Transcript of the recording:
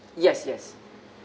yes yes